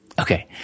Okay